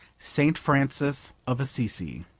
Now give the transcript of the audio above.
st. francis of assisi.